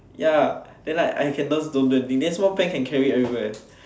ya then like I can just don't do anything some more pen can carry everywhere